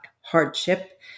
hardship